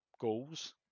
goals